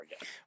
again